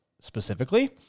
specifically